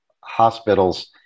hospitals